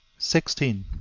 sixteen.